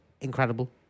Incredible